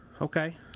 Okay